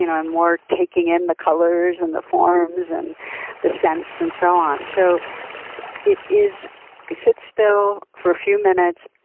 you know i'm more taking in the colors, and the forms, and the scents, and so on. so it is if you sit still for a few minutes,